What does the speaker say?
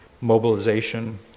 mobilization